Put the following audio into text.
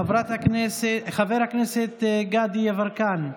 חבר הכנסת גדי יברקן,